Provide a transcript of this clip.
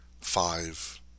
five